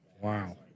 Wow